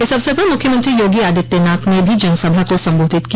इस अवसर पर मुख्यमंत्री योगी आदित्यनाथ ने भी जनसभा को संबोधित किया